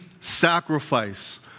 sacrifice